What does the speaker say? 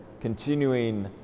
continuing